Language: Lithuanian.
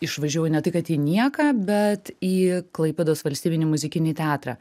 išvažiavau ne tai kad į nieką bet į klaipėdos valstybinį muzikinį teatrą